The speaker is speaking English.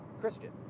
Christian